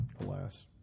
Alas